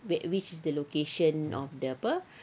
which is the location of the apa